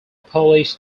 polish